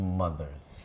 mothers 。